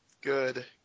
Good